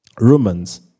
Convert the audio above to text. Romans